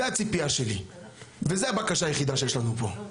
זו הציפייה שלי וזו הבקשה היחידה שיש לנו פה.